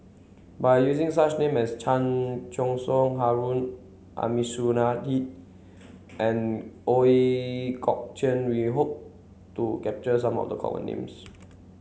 by using such names as Chan Choy Siong Harun Aminurrashid and Ooi Kok Chuen we hope to capture some of the common names